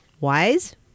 wise